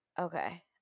Okay